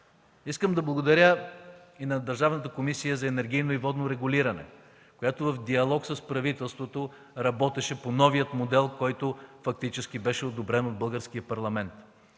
Искам да благодаря и на Държавната комисия за енергийно и водно регулиране, която в диалог с правителството работеше по новия модел, който фактически беше одобрен от Българския парламент.